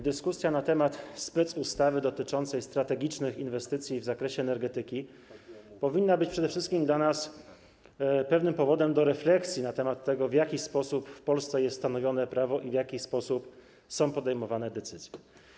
Dyskusja na temat specustawy dotyczącej strategicznych inwestycji w zakresie energetyki powinna być dla nas przede wszystkim pewnym powodem do refleksji na temat tego, w jaki sposób w Polsce jest stanowione prawo i w jaki sposób są podejmowane decyzje.